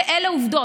אלה עובדות.